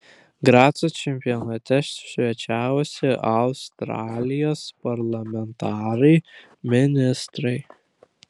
graco čempionate svečiavosi australijos parlamentarai ministrai